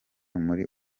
muri